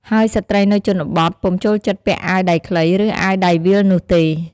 ហើយស្រ្តីនៅជនបទពុំចូលចិត្តពាក់អាវដៃខ្លី ឬអាវដៃវៀលនោះទេ។